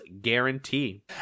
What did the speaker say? guarantee